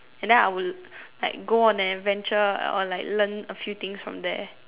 and then I would like go on an adventure or like learn a few things from there